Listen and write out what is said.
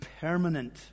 permanent